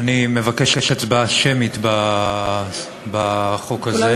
אני מבקש הצבעה שמית בחוק הזה.